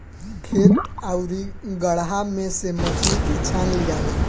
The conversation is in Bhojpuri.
खेत आउरू गड़हा में से मछली के छान लियाला